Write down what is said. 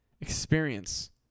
experience